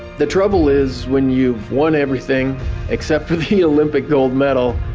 the trouble is when you've won everything except for the olympic gold medal